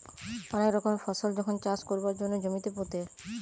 অনেক রকমের ফসল যখন চাষ কোরবার জন্যে জমিতে পুঁতে